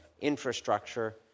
infrastructure